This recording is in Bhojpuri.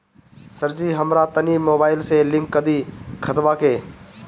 सरजी हमरा तनी मोबाइल से लिंक कदी खतबा के